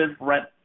rent